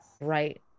Right